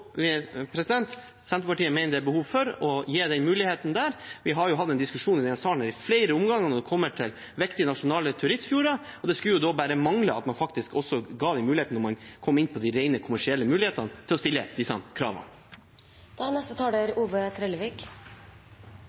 hatt en diskusjonen denne i salen i flere omganger når det gjelder viktige nasjonale turistfjorder, og det skulle da bare mangle at man ikke ga den muligheten når man kom inn på de rent kommersielle mulighetene til å stille disse kravene. Debatten viser at me i alle fall er